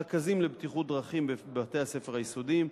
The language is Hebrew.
רכזים לבטיחות בדרכים בבתי-הספר היסודיים,